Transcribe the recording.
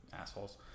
assholes